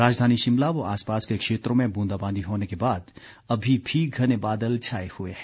राजधानी शिमला व आसपास के क्षेत्रों में बूंदाबांदी होने के बाद अभी भी घने बादल छाए हुए हैं